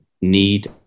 need